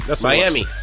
Miami